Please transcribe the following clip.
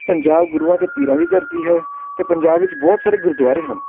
ਪੰਜਾਬ ਗੁਰੂਆਂ ਅਤੇ ਪੀਰਾਂ ਦੀ ਧਰਤੀ ਹੈ ਅਤੇ ਪੰਜਾਬ ਵਿੱਚ ਬਹੁਤ ਸਾਰੇ ਗੁਰਦੁਆਰੇ ਹਨ